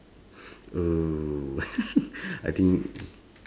mm I think